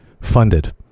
funded